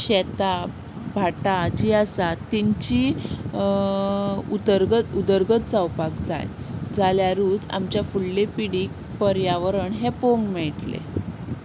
शेतां भाटां जीं आसा तेंची उदरगत उदरगत जावपाक जाय जाल्यारूच आमच्या फुडले पिडीक पर्यावरण हें पोळोंक मेयटलें